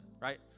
right